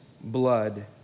blood